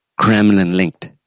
Kremlin-linked